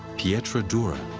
pietra dura.